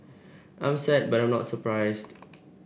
I'm sad but I'm not surprised